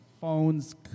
Phones